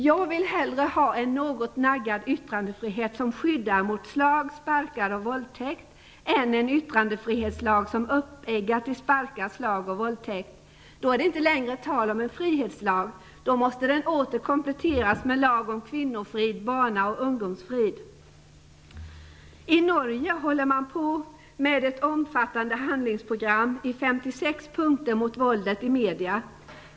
Jag vill hellre ha en något naggad yttrandefrihet, som skyddar mot slag, sparkar och våldtäkt, än en yttrandefrihetslag som uppeggar till sparkar, slag och våldtäkt. Då är det inte längre tal om en frihetslag. Då måste lagen kompletteras med lag om kvinnofrid samt barna och ungdomsfrid. I Norge arbetar man med ett omfattande handlingsprogram i 56 punkter mot våldet i media.